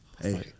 Hey